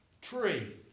tree